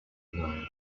known